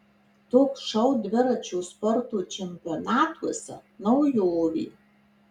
toks šou dviračio sporto čempionatuose naujovė